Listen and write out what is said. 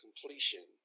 completion